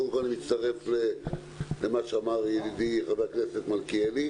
אני מצטרף למה שאמר ידידי חבר הכנסת מלכיאלי.